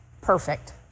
perfect